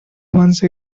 once